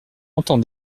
entend